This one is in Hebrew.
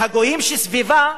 והגויים שסביבה,